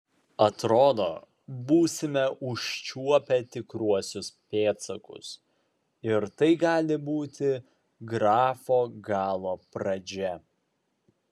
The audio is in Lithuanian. atrodo būsime užčiuopę tikruosius pėdsakus ir tai gali būti grafo galo pradžia